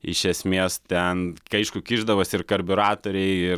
iš esmės ten kai aišku kišdavos ir karbiuratoriai